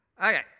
Okay